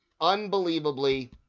unbelievably